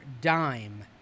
dime